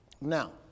Now